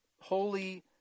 holy